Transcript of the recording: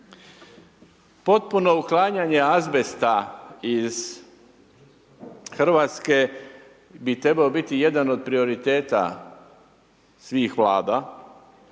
Potpuno uklanjanje azbesta iz RH bi trebao biti jedan od prioriteta svih Vlada